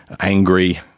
angry,